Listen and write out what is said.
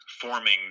forming